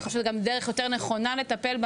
אני חושבת שזו גם דרך יותר נכונה לטפל בה